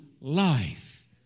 life